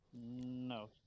No